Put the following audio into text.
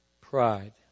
pride